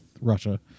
Russia